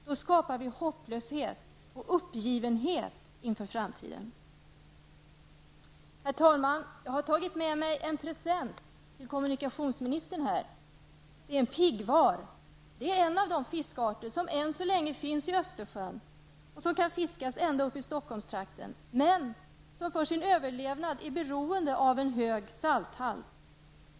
Då skapar vi hopplöshet och uppgivenhet inför framtiden. Herr talman! Jag har tagit med mig en present till kommunikationsministern. Det är en piggvar. Det är en av de fiskarter som än så länge finns i Östersjön och som kan fiskas ända uppe i Stockholmstrakten, men som för sin överlevnad är beroende av en hög salthalt.